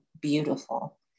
beautiful